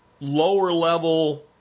lower-level